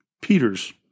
Peters